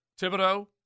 Thibodeau